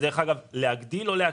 דרך אגב זה להגדיל או להקטין.